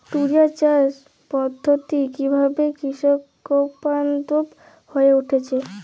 টোরিয়া চাষ পদ্ধতি কিভাবে কৃষকবান্ধব হয়ে উঠেছে?